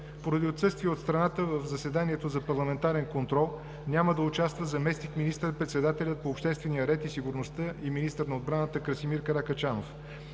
Поради отсъствие от страната в заседанието за парламентарен контрол няма да участва заместник министър-председателят по обществения ред и сигурността и министър на отбраната Красимир Каракачанов.